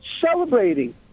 celebrating